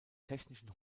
technischen